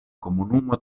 komunumo